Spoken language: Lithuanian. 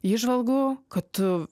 įžvalgų kad tu